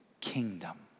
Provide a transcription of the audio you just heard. kingdom